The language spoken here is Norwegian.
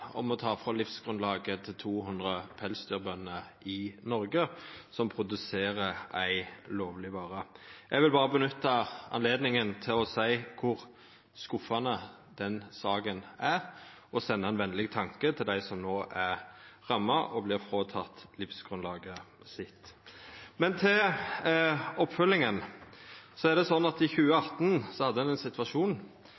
om å ta livsgrunnlaget frå 200 pelsdyrbønder i Noreg, som produserer ei lovleg vare. Eg vil berre nytta høvet til å seia kor skuffande den saka er, og senda ein venleg tanke til dei som er ramma og vert fråtekne livgrunnlaget sitt. Til oppfølginga: I 2018 hadde ein ein situasjon der begge faglaga signerte ein jordbruksavtale. Det